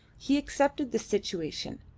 he accepted the situation,